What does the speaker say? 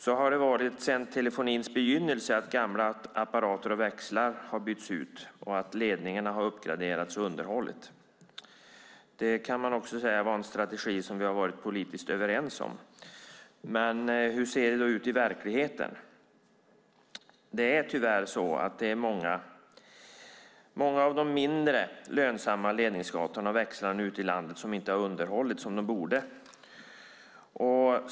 Så har det varit sedan telefonins begynnelse att gamla apparater och växlar har bytts ut och att ledningarna har uppgraderats och underhållits. Det kan man säga har varit en strategi som vi har varit politiskt överens om. Men hur ser det ut i verkligheten? Det är tyvärr så att många av de mindre lönsamma ledningsgatorna och växlarna ute i landet inte har underhållits som de borde.